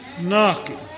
knocking